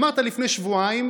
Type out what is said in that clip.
אמרת לפני שבועיים,